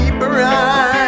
bright